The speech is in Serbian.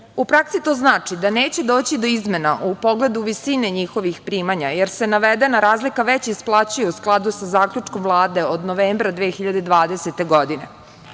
praksi to znači da neće doći do izmena u pogledu visine njihovih primanja, jer se navedena razlika već isplaćuju u skladu sa zaključkom Vlade od novembra 2020. godine,